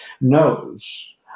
knows